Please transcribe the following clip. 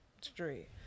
straight